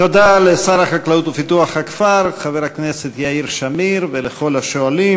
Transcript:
תודה לשר החקלאות ופיתוח הכפר חבר הכנסת יאיר שמיר ולכל השואלים.